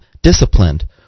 disciplined